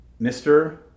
Mr